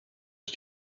ist